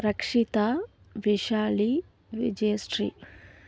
Rakshitha Vishali Vijayasri